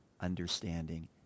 understanding